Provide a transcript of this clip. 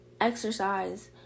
exercise